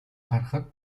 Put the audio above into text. харахад